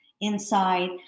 inside